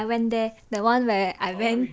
I went there that one where I went